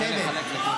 לשבת.